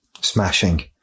Smashing